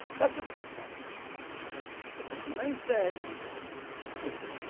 that's what the greeks wanted the customer name says listen